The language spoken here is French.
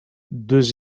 deux